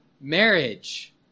marriage